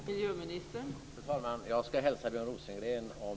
Fru talman! Jag skall hälsa Björn Rosengren, om